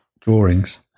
drawings